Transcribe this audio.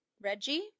Reggie